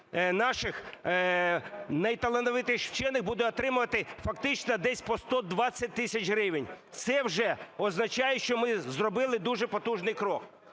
наших найталановитіших вчених будуть отримувати фактично десь по 120 тисяч гривень. Це вже означає, що ми зробили дуже потужний крок.